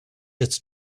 its